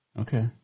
Okay